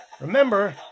Remember